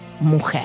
Mujer